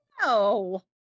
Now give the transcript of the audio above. No